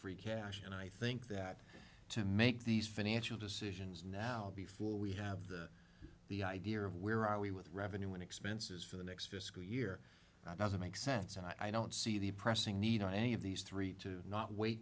free cash and i think that to make these financial decisions now before we have that the idea of where are we with revenue in expenses for the next fiscal year that doesn't make sense and i don't see the pressing need on any of these three to not wait